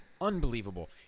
Unbelievable